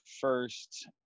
first